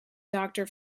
doctor